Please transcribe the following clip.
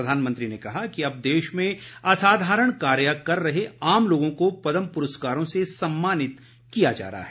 प्रधानमंत्री ने कहा कि अब देश में असाधारण कार्य कर रहे आम लोगों को पद्म पुरस्कारों से सम्मानित किया जा रहा है